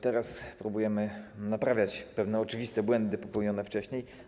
Teraz próbujemy naprawiać pewne oczywiste błędy popełnione wcześniej.